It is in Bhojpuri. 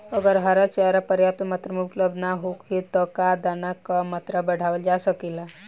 अगर हरा चारा पर्याप्त मात्रा में उपलब्ध ना होखे त का दाना क मात्रा बढ़ावल जा सकेला?